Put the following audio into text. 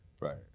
Right